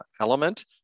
element